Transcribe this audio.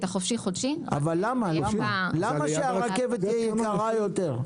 למה שהרכבת תהיה יקרה יותר?